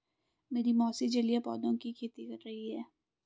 मेरी मौसी जलीय पौधों की खेती कर रही हैं